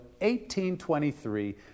1823